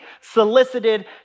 solicited